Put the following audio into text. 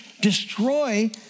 destroy